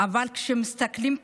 אבל כשמסתכלים פנימה,